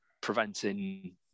preventing